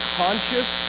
conscious